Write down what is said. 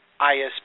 ISP